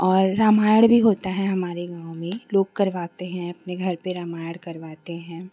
और रामायण भी होता है हमारे गाँव में लोग करवाते हैं अपने घर पर रामायण करवाते हैं